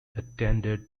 attended